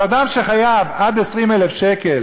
אבל אדם שחייב עד 20,000 שקל